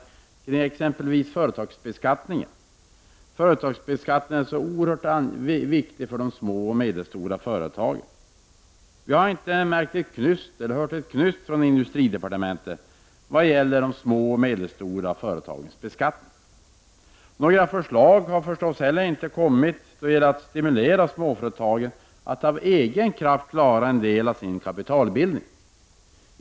Debatten om t.ex. företagsbeskattning är ju så oerhört viktig för de små och medelstora företagen. Vi har inte hört ett knyst från industridepartementet när det gäller de små och medelstora företagens beskattning. Några förslag har förstås inte heller kommit då det gäller att stimulera småföretagen att av egen kraft klara en del av sin kapitalbildning.